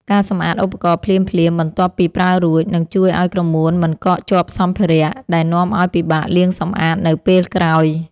ការសម្អាតឧបករណ៍ភ្លាមៗបន្ទាប់ពីប្រើរួច នឹងជួយឱ្យក្រមួនមិនកកជាប់សម្ភារ: ដែលនាំឱ្យពិបាកលាងសម្អាតនៅពេលក្រោយ។